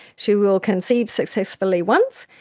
she will conceive successfully once,